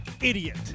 Idiot